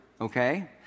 okay